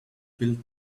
build